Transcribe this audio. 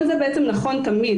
כל זה נכון תמיד,